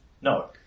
No